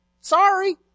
Sorry